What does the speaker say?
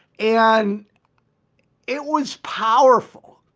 and it was powerful,